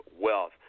wealth